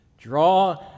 Draw